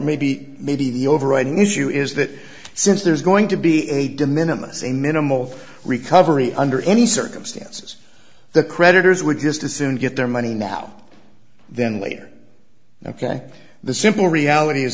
maybe maybe the overriding issue is that since there's going to be a de minimus a minimal recovery under any circumstances the creditors would just assume get their money now then later ok the simple reality is